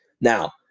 Now